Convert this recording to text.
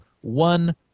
One